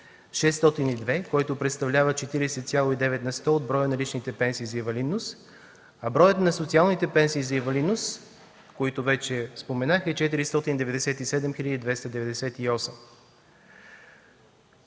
602, което представлява 40,9 на сто от броя на личните пенсии за инвалидност, а броят на социалните пенсии за инвалидност, които вече споменах, е 497 298.